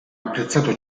apprezzato